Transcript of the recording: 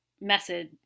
message